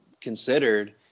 considered